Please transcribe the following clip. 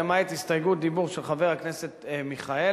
למעט הסתייגות דיבור של חבר הכנסת מיכאלי,